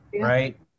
right